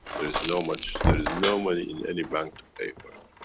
there is no much, there is no money in any bank to pay